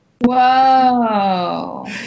Whoa